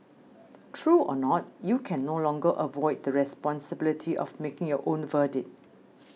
true or not you can no longer avoid the responsibility of making your own verdict